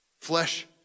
flesh